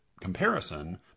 comparison